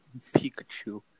Pikachu